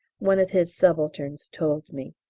one of his subalterns told me.